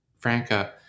Franca